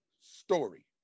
story